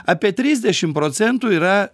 apie trisdešim procentų yra